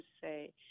say